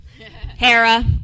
Hera